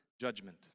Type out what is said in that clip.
judgment